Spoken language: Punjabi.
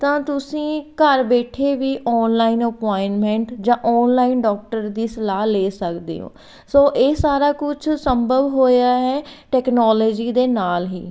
ਤਾਂ ਤੁਸੀਂ ਘਰ ਬੈਠੇ ਵੀ ਔਨਲਾਈਨ ਅਪੁਆਇੰਟਮੈਂਟ ਜਾਂ ਔਨਲਾਈਨ ਡਾਕਟਰ ਦੀ ਸਲਾਹ ਲੈ ਸਕਦੇ ਹੋ ਸੋ ਇਹ ਸਾਰਾ ਕੁਛ ਸੰਭਵ ਹੋਇਆ ਹੈ ਟੈਕਨੋਲਜੀ ਦੇ ਨਾਲ ਹੀ